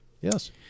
Yes